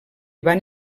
van